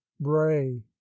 bray